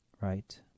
right